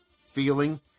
feeling